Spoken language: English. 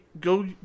go